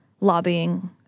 lobbying